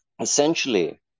essentially